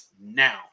now